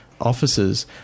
officers